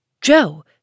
Joe